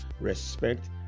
respect